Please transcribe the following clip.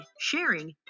sharing